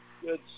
Good